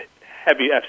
heavy